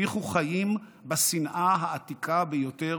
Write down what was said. הפיחו חיים בשנאה העתיקה ביותר,